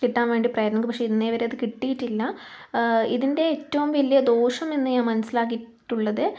കിട്ടാൻ വേണ്ടി പ്രയത്നിക്കുന്നു പക്ഷെ ഇന്നേവരെ കിട്ടിയിട്ടില്ല ഇതിൻ്റെ ഏറ്റവും വലിയ ദോഷം എന്ന് ഞാൻ മനസ്സിലാക്കിയിട്ടുള്ളത്